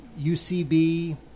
ucb